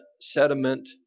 sediment